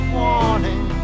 warning